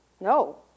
No